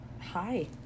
hi